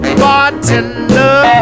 bartender